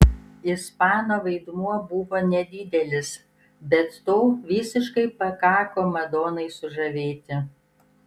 ispano vaidmuo buvo nedidelis bet to visiškai pakako madonai sužavėti